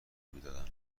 میدادن